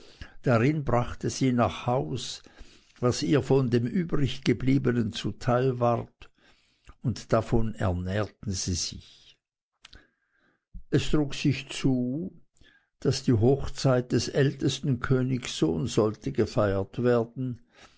darin brachte sie nach haus was ihr von dem übriggebliebenen zuteil ward und davon nährten sie sich es trug sich zu daß die hochzeit des ältesten königssohnes sollte gefeiert werden